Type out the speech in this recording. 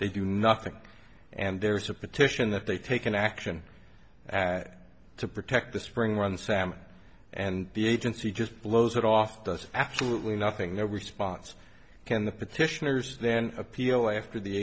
they do nothing and there's a petition that they take an action to protect the spring run sam and be agency just blows it off does absolutely nothing no response can the petitioners then appeal after the